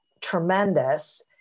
tremendous